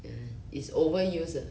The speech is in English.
uh it's overused uh